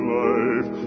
life